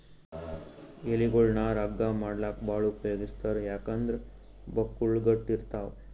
ಎಲಿಗೊಳ್ ನಾರ್ ಹಗ್ಗಾ ಮಾಡ್ಲಾಕ್ಕ್ ಭಾಳ್ ಉಪಯೋಗಿಸ್ತಾರ್ ಯಾಕಂದ್ರ್ ಬಕ್ಕುಳ್ ಗಟ್ಟ್ ಇರ್ತವ್